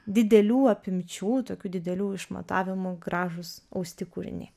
didelių apimčių tokių didelių išmatavimų gražūs austi kūriniai